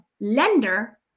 lender